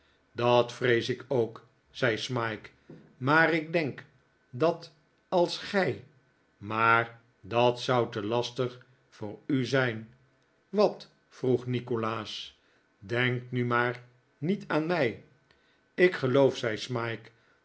dat vrees ik ook zei smike maar ik denk dat als gij maar dat zou te lastig voor u zijn wat vroeg nikolaas denk nu maar niet aan mij ik geloof zei smike